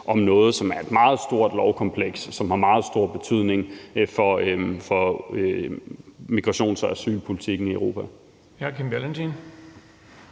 proces om et meget stort lovkompleks, som har meget stor betydning for migrations- og asylpolitikken i Europa.